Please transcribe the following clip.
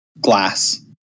glass